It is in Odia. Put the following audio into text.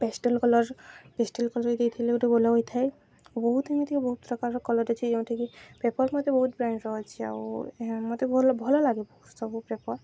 ପେଷ୍ଟେଲ୍ କଲର୍ ପେଷ୍ଟେଲ୍ କଲର୍ ଦେଇଥିଲେ ଗୋଟେ ଭଲ ହୋଇଥାଏ ଆଉ ବହୁତ ଏମିତିକ ବହୁତ ପ୍ରକାରର କଲର୍ ଅଛି ଯେଉଁଠାକି ପେପର୍ ମତେ ବହୁତ ବ୍ରାଣ୍ଡ୍ର ଅଛି ଆଉ ମତେ ଭଲ ଭଲ ଲାଗେ ବ ସବୁ ପେପର୍